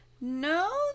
no